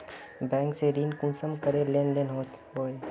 Bank से ऋण कुंसम करे लेन देन होए?